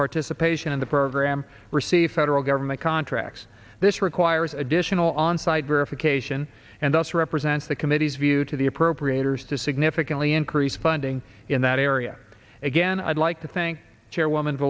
participation in the program receive federal government contracts this requires additional onsite verification and thus represents the committee's view to the appropriators to significantly increase funding in that area again i'd like to think chairwoman